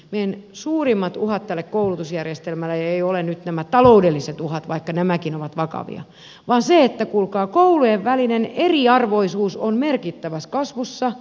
meidän suurimmat uhat tälle koulutusjärjestelmälle eivät ole nyt nämä taloudelliset uhat vaikka nämäkin ovat vakavia vaan se että kuulkaa koulujen välinen eriarvoisuus on merkittävässä kasvussa